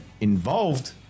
involved